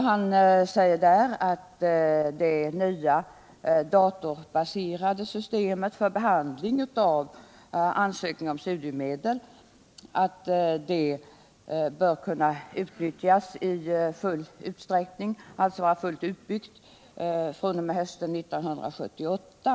Han säger där att det nya datorbaserade systemet för behandling av ansökningar om studiemedel bör kunna utnyttjas i full Nr 141 utsträckning, dvs. vara fullt utbyggt, fr.o.m. hösten 1978.